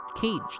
caged